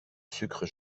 sucre